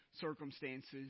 circumstances